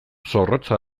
zorrotza